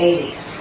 80s